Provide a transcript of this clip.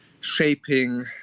shaping